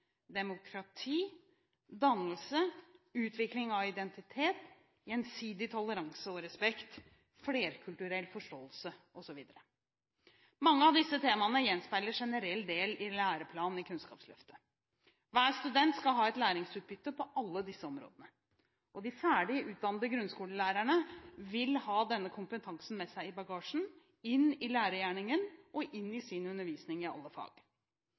demokrati dannelse utvikling av identitet gjensidig toleranse og respekt flerkulturell forståelse, osv. Mange av disse temaene gjenspeiler generell del i læreplanen til Kunnskapsløftet. Hver student skal ha et læringsutbytte på alle disse områdene, og de ferdig utdannede grunnskolelærerne vil ha denne kompetansen med seg i bagasjen inn i lærergjerningen og inn i sin undervisning i alle fag.